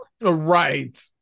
Right